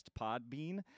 Podbean